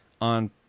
on